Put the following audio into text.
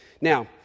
Now